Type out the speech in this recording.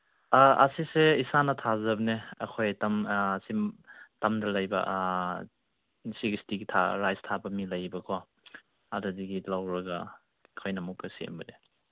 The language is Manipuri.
ꯑꯥ ꯑꯁꯤꯁꯦ ꯏꯁꯥꯅ ꯊꯥꯖꯕꯅꯦ ꯑꯩꯈꯣꯏ ꯇꯝꯗ ꯂꯩꯕ ꯁꯤꯒꯤ ꯏꯁꯇꯤꯀꯤ ꯔꯥꯏꯁ ꯊꯥꯕ ꯃꯤ ꯂꯩꯌꯦꯕꯀꯣ ꯑꯗꯨꯗꯒꯤ ꯂꯧꯔꯒ ꯑꯩꯈꯣꯏꯅ ꯑꯃꯨꯛꯀ ꯁꯦꯝꯕꯅꯦ